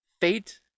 Fate